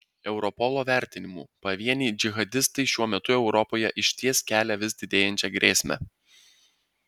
europolo vertinimu pavieniai džihadistai šiuo metu europoje išties kelia vis didėjančią grėsmę